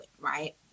right